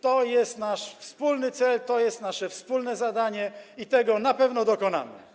To jest nasz wspólny cel, to jest nasze wspólne zadanie i tego na pewno dokonamy.